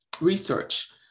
research